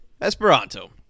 Esperanto